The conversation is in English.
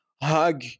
hug